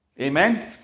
Amen